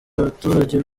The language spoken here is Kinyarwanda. abaturage